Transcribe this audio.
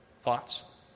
thoughts